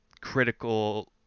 critical